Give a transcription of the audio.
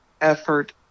effort